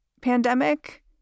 pandemic